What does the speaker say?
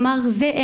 אז הוא אמר: זה אין.